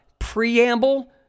Preamble